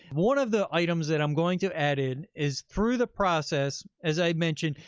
one of the items that i'm going to add in is through the process, as i mentioned,